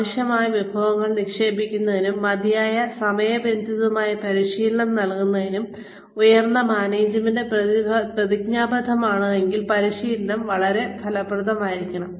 ആവശ്യമായ വിഭവങ്ങൾ നിക്ഷേപിക്കുന്നതിനും മതിയായതും സമയബന്ധിതവുമായ പരിശീലനം നൽകുന്നതിനും ഉയർന്ന മാനേജ്മെന്റ് പ്രതിജ്ഞാബദ്ധമാണെങ്കിൽ പരിശീലനം വളരെ ഫലപ്രദമായിരിക്കും